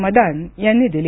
मदान यांनी दिली